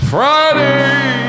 Friday